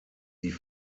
die